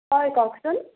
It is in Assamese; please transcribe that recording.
হয় কওকচোন